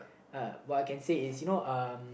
uh what I can say is you know um